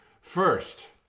First